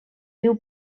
riu